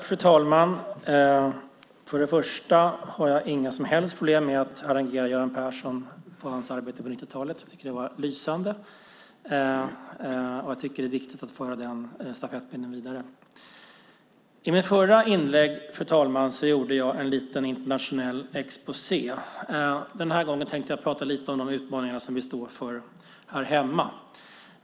Fru talman! Först och främst har jag inga som helst problem med att harangera Göran Persson och hans arbete på 90-talet. Jag tycker att det var lysande. Jag tycker att det är viktigt att föra den stafettpinnen vidare. Fru talman! I mitt inlägg gjorde jag en liten internationell exposé. Den här gången tänkte jag prata lite om de utmaningar som vi står inför här hemma.